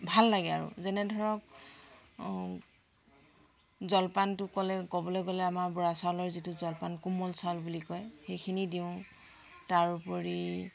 ভাল লাগে আৰু যেনে ধৰক জলপানটো ক'লে ক'বলৈ গ'লে আমাৰ বৰা চাউলৰ যিটো জলপান কোমল চাউল বুলি কয় সেইখিনি দিওঁ তাৰোপৰি